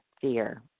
Fear